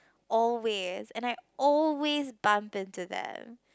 always and I always bump into them